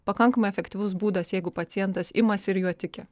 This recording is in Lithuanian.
pakankamai efektyvus būdas jeigu pacientas imasi ir juo tiki